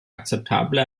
akzeptable